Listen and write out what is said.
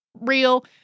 real